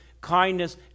kindness